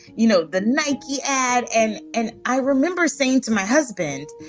you know, the nike ad. and and i remember saying to my husband,